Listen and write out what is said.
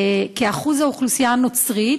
כי אחוז האוכלוסייה הנוצרית,